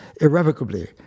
irrevocably